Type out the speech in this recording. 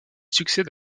succède